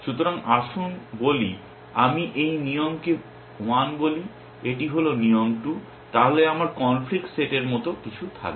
সুতরাং আসুন বলি আমি এই নিয়মকে 1 বলি এবং এটি হল নিয়ম 2 তাহলে আমার কনফ্লিক্ট সেটের মত কিছু থাকবে